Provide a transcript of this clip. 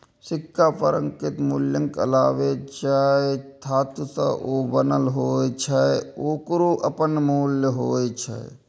सिक्का पर अंकित मूल्यक अलावे जाहि धातु सं ओ बनल होइ छै, ओकरो अपन मूल्य होइ छै